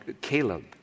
Caleb